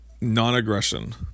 non-aggression